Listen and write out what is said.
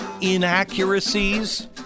inaccuracies